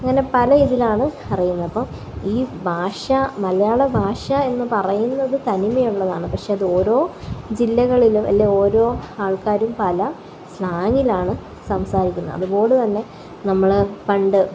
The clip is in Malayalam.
അങ്ങനെ പല ഇതിലാണ് അറിയുന്നത് അപ്പോള് ഈ ഭാഷ മലയാള ഭാഷ എന്ന് പറയുന്നത് തനിമയുള്ളതാണ് പക്ഷെ അത് ഓരോ ജില്ലകളിലും അല്ലേല് ഓരോ ആള്ക്കാരും പല സ്ലാങ്ങിലാണ് സംസാരിക്കുന്നത് അതുപോലെ തന്നെ നമ്മള് പണ്ട്